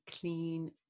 clean